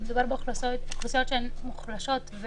מדובר באוכלוסיות שהן מוחלשות,